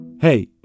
Hey